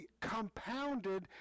compounded